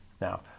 Now